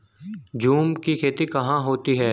झूम की खेती कहाँ होती है?